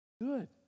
Good